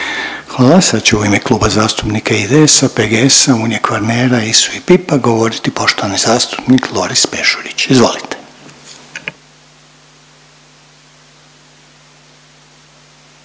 Hvala. Sad će u ime Kluba zastupnika IDS-a, PGS-a, Unije Kvarnera i ISU-PIP-a govoriti poštovani zastupnik Loris Peršurić. Izvolite.